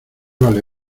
vale